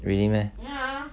really meh